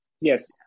yes